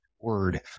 word